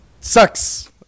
Sucks